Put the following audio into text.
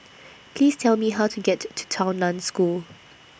Please Tell Me How to get to to Tao NAN School